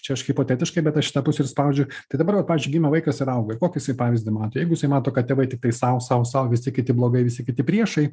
čia aš hipotetiškai bet aš į tą pusę ir spaudžiu tai dabar vat pavyzdžiui gimė vaikas ir auga kokį jisai pavyzdį mato jeigu jisai mato kad tėvai tiktai sau sau sau visi kiti blogai visi kiti priešai